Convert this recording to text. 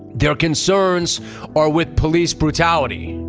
their concerns are with police brutality.